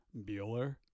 Bueller